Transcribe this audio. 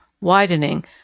widening